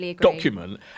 document